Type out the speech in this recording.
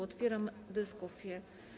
Otwieram dyskusję.